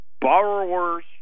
Borrowers